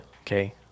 Okay